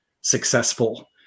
successful